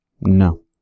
No